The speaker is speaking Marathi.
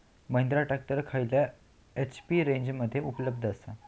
महिंद्रा ट्रॅक्टर खयल्या एच.पी रेंजमध्ये उपलब्ध आसा?